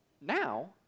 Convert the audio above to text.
now